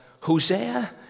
Hosea